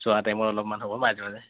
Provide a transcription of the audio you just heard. যোৱা টাইমত অলপমান হ'ব মাইনৰে